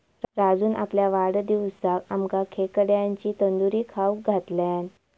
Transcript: राजून आपल्या वाढदिवसाक आमका खेकड्यांची तंदूरी खाऊक घातल्यान